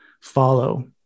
follow